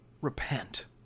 repent